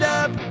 up